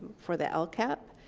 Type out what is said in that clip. for the lcap,